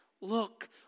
look